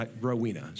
Rowena